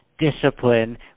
discipline